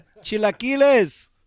Chilaquiles